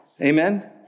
Amen